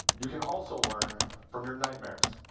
you can also learn from your nightmares.